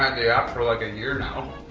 the app for like a year now.